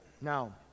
Now